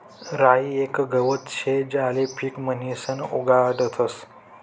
राई येक गवत शे ज्याले पीक म्हणीसन उगाडतस